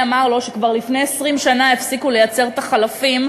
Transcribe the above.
אמר לו שכבר לפני 20 שנה הפסיקו לייצר את החלפים,